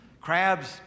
Crabs